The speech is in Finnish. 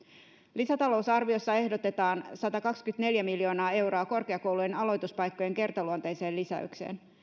lisätalousarviossa ehdotetaan sataakahtakymmentäneljää miljoonaa euroa korkeakoulujen aloituspaikkojen kertaluonteiseen lisäykseen